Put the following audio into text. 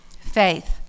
Faith